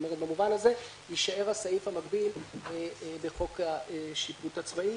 במובן הזה יישאר הסעיף המקביל בחוק השיפוט הצבאי